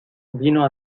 vino